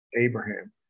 Abraham